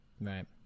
Right